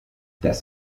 das